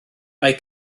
mae